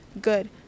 good